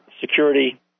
security